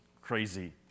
crazy